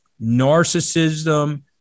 narcissism